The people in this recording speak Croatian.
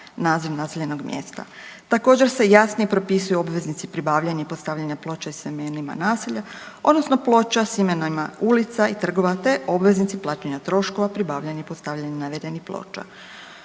naziv naseljenog mjesta. Također se jasnije propisuju obveznici pribavljanja i postavljanja ploča s imenima naselja, odnosno ploča s imenima ulica i trgova te obveznici plaćanja troškova pribavljanja i postavljanja navedenih ploča.